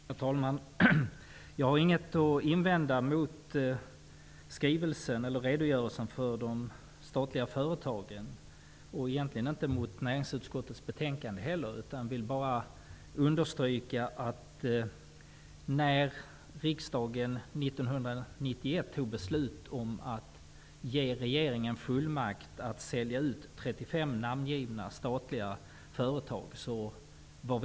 Herr talman! Jag har inget att invända mot redogörelsen för de statliga företagen och egentligen inte mot näringsutskottets betänkande heller. Jag vill bara understryka att Vänsterpartiet, när riksdagen 1991 fattade beslut om att ge regeringen fullmakt att sälja ut 34 angivna statliga företag, var emot det.